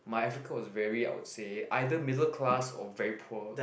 my Africa was very I would say either middle class or very poor